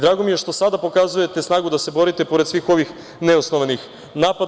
Drago mi je što sada pokazujete snagu da se borite, pored svih ovih neosnovanih napada.